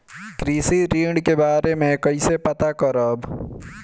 कृषि ऋण के बारे मे कइसे पता करब?